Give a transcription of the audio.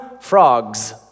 frogs